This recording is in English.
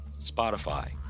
Spotify